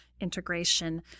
integration